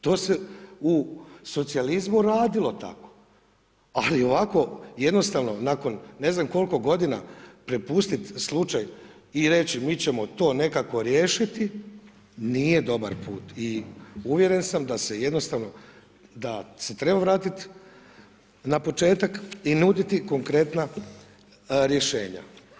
To se u socijalizmu radilo tako, ali ovako jednostavno nakon ne znam koliko godina prepustiti slučaj i reći mi ćemo to nekako riješiti nije dobar put i uvjeren sam da se jednostavno, da se treba vratiti na početak i nuditi konkretna rješenja.